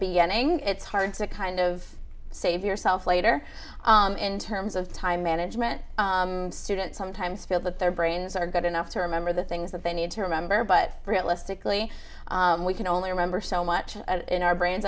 beginning it's hard to kind of save yourself later in terms of time management student sometimes feel that their brains are good enough to remember the things that they need to remember but realistically we can only remember so much in our bra